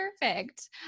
perfect